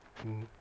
mmhmm